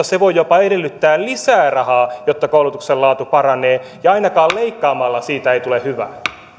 se voi jopa edellyttää lisää rahaa jotta koulutuksen laatu paranee ainakaan leikkaamalla siitä ei tulee hyvää